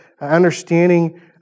understanding